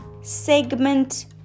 segment